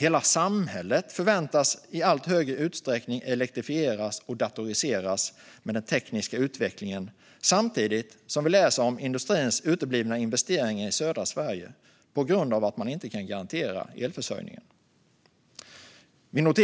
Hela samhället förväntas i allt högre utsträckning elektrifieras och datoriseras med den tekniska utvecklingen, samtidigt som vi läser om industrins uteblivna investeringar i södra Sverige på grund av att man inte kan garantera elförsörjningen. Bland